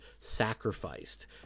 sacrificed